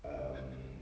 um